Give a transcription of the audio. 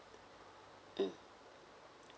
mm